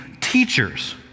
teachers